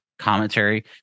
commentary